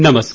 नमस्कार